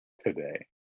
today